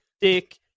dick